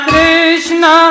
Krishna